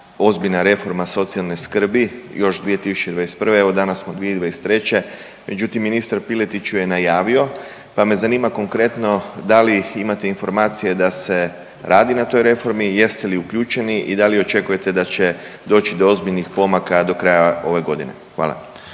ozbiljna reforma socijalne skrbi još 2021., evo danas smo 2023., međutim ministar Piletić ju je najavio pa me zanima konkretno da li imate informacije da se radi na toj reformi, jeste li uključeni i da li očekujete da će doći do ozbiljnih pomaka do kraja ove godine. Hvala.